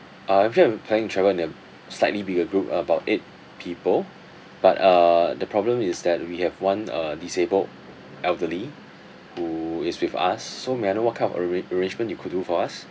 uh actually I'm planning to travel in a slightly bigger group about eight people but uh the problem is that we have one uh disabled elderly who is with us so may I know what kind of arran~ arrangement you could do for us